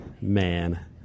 man